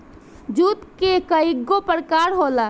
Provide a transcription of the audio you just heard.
जुट के कइगो प्रकार होला